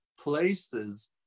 places